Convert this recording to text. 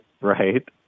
Right